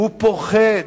הוא פוחד,